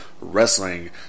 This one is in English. Wrestling